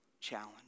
challenge